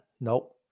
Nope